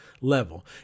level